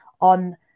on